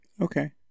Okay